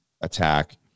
attack